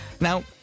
Now